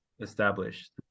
established